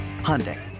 Hyundai